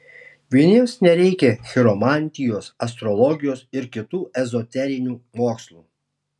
vieniems nereikia chiromantijos astrologijos ir kitų ezoterinių mokslų